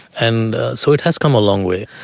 and so it has come a long way.